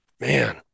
Man